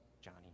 Johnny